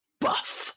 buff